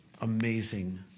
amazing